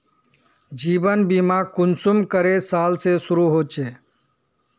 जीवन बीमा कुंसम करे साल से शुरू होचए?